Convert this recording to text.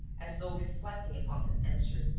as though reflecting upon his answer.